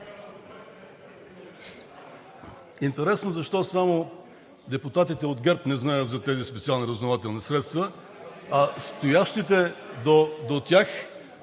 Интересно защо само депутатите от ГЕРБ не знаят за тези специални разузнавателни средства, а стоящите до тях